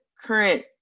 current